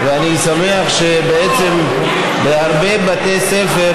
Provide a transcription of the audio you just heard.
ואני שמח שבהרבה בתי ספר,